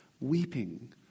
weeping